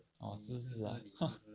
orh sisi ah !huh!